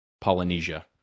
Polynesia